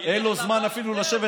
אין לו זמן אפילו לשבת.